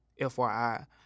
FYI